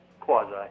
Quasi